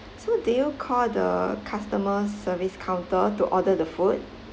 so did you call the customer service counter to order the food